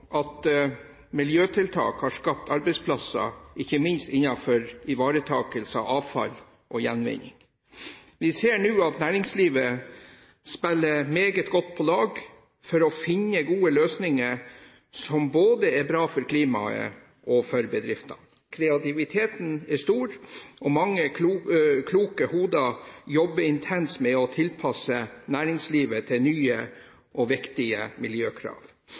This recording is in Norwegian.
at miljøtiltak har skapt arbeidsplasser, ikke minst innenfor ivaretakelse av avfall og gjenvinning. Vi ser nå at næringslivet spiller meget godt på lag for å finne gode løsninger som er bra både for klimaet og for bedriftene. Kreativiteten er stor, og mange kloke hoder jobber intenst med å tilpasse næringslivet til nye og viktige miljøkrav.